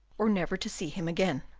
or never to see him again.